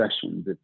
sessions